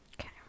Okay